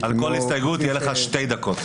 לכל הסתייגות יהיו לך שתי דקות.